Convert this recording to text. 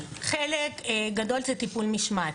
חלק גדול זה טיפול משמעתי.